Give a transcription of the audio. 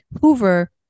Hoover